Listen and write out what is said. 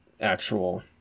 actual